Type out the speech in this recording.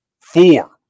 four